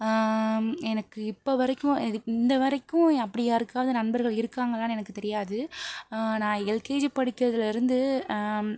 எனக்கு இப்போ வரைக்கும் எதுக் இந்த வரைக்கும் அப்படி யாருக்காவது நண்பர்கள் இருக்காங்களான்னு எனக்குத் தெரியாது நான் எல்கேஜி படிக்கிறதுலேருந்து